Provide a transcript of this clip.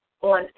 on